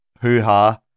hoo-ha